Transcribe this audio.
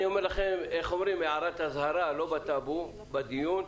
אני אומר לכם הערת אזהרה לא בטאבו אלא בדיון.